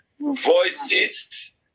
Voices